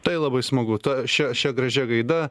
tai labai smagu ta šia šia gražia gaida